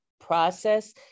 process